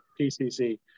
pcc